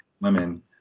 women